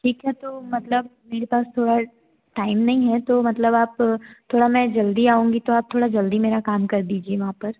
ठीक है तो मतलब मेरे पास थोड़ा टाइम नहीं है तो मतलब आप थोड़ा मैं जल्दी आऊँगी तो आप थोड़ा जल्दी मेरा काम कर दीजिए वहाँ पर